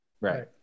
Right